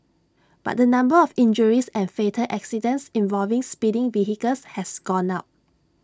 but the number of injuries and fatal accidents involving speeding vehicles has gone up